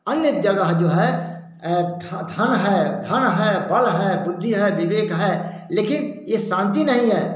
अन्य जगह जो है है धन है बल है बुद्धि है विवेक है लेकिन ये शांति नहीं है